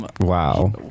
Wow